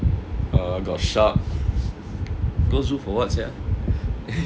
err got shark go zoo for what sia